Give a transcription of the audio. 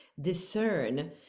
discern